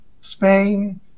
Spain